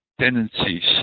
tendencies